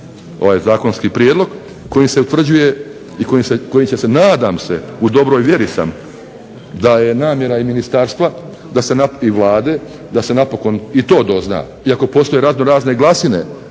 ovaj zakonski prijedlog, koji se utvrđuje i kojim će se nadam se, u dobroj vjeri sam, da je namjera i ministarstva i Vlade da se napokon i to dozna. Iako postoje raznorazne glasine,